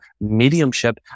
mediumship